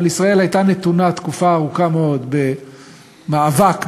אבל ישראל הייתה נתונה תקופה ארוכה מאוד במאבק ביטחוני,